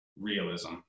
realism